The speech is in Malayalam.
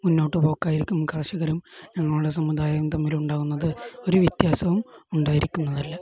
മുന്നോട്ട് പോക്കായിരിക്കും കർഷകരും ഞങ്ങളുടെ സമുദായവും തമ്മിൽ ഉണ്ടാകുന്നത് ഒരു വ്യത്യാസവും ഉണ്ടായിരിക്കുന്നതല്ല